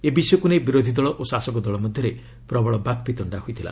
ଏ ବିଷୟକୁ ନେଇ ବିରୋଧୀ ଦଳ ଓ ଶାସକ ଦଳ ମଧ୍ୟରେ ପ୍ରବଳ ବାକ୍ବିତଶ୍ଡା ହୋଇଥିଲା